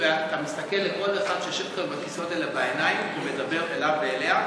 מסתכל בעיניים לכל אחד שיושב כאן על הכיסאות האלה ומדבר אליו ואליה,